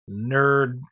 nerd